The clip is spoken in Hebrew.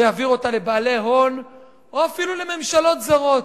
ויעביר אותה לבעלי הון או אפילו לממשלות זרות.